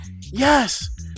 Yes